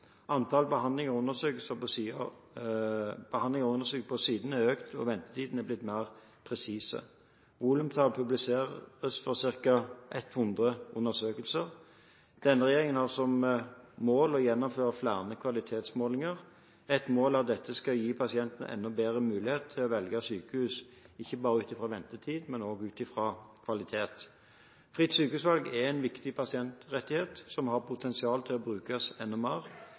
Antall behandlinger og undersøkelser på sidene er økt, og ventetidene er blitt mer presise. Volumtall publiseres for ca. 100 undersøkelser. Denne regjeringen har som mål å gjennomføre flere kvalitetsmålinger. Ett mål er at dette skal gi pasientene enda bedre mulighet til å velge sykehus ikke bare ut fra ventetid, men også ut fra kvalitet. Fritt sykehusvalg er en viktig pasientrettighet som har potensial til å brukes enda mer.